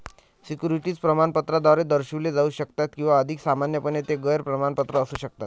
securities प्रमाणपत्राद्वारे दर्शविले जाऊ शकतात किंवा अधिक सामान्यपणे, ते गैर प्रमाणपत्र असू शकतात